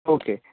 okay